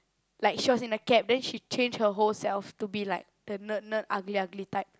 like she was in a cab then she change her whole self to be like the nerd nerd ugly ugly type